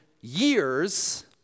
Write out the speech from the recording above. years